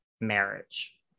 marriage